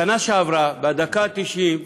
בשנה שעברה בדקה התשעים,